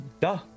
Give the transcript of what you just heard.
duh